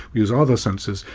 use other senses,